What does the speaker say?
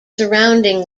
surrounding